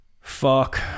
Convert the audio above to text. Fuck